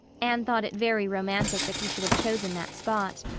anne thought it very romantic that he should have chosen that spot.